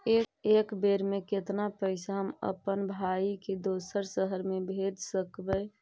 एक बेर मे कतना पैसा हम अपन भाइ के दोसर शहर मे भेज सकबै?